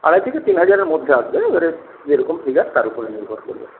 আড়াই থেকে তিন হাজারের মধ্যে আসবে এবারে যেরকম ফিগার তার ওপরে নির্ভর করবে